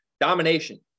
domination